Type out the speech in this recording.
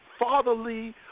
Fatherly